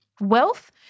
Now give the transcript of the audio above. wealth